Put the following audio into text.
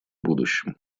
будущем